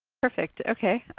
perfect, okay.